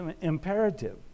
imperative